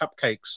cupcakes